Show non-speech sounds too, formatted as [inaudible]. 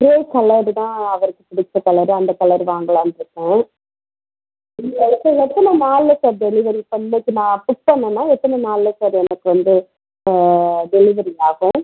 grey colour தான் அவருக்கு பிடிச்ச கலரு அந்த கலரு வாங்கலாம்னு இருக்கேன் [unintelligible] சார் எத்தனை நாளில் சார் டெலிவரி இப்போ இன்றைக்கி நான் ஃபிக்ஸ் பண்ணேன்னால் எத்தனை நாளில் சார் எனக்கு வந்து டெலிவரி ஆகும்